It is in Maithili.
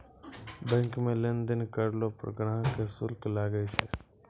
बैंक मे लेन देन करलो पर ग्राहक के शुल्क लागै छै